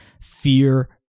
fear